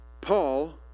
Paul